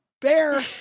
bear